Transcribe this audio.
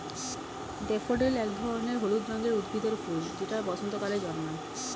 daffodil এক ধরনের হলুদ রঙের উদ্ভিদের ফুল যেটা বসন্তকালে জন্মায়